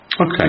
Okay